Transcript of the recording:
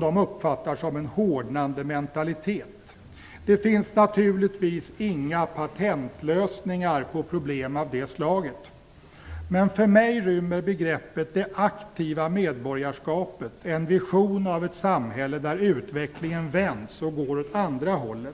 de uppfattar en hårdnande mentalitet. Det finns naturligtvis inga patentlösningar på problem av det slaget. För mig rymmer dock begreppet "det aktiva medborgarskapet" en vision av ett samhälle där utvecklingen vänds och går åt andra hållet.